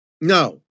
No